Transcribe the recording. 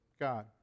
God